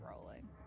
rolling